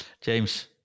James